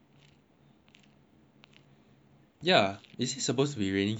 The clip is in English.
ya it this is supposed to be rainy season now